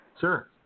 Sure